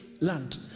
land